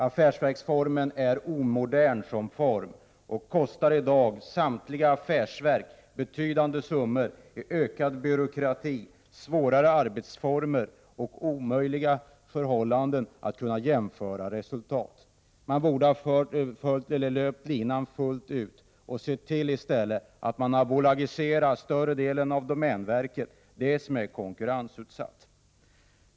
Affärsverksformen är omodern som verksamhetsform och kostar i dag samtliga affärsverk betydande summor på grund av ökad byråkrati och dåliga arbetsformer. Vidare innebär affärsverksformen att det blir omöjligt att jämföra resultat. Man borde ha löpt linan fullt ut och sett till att man bolagiserat större delen av domänverket, dvs. den del som är konkurrensutsatt.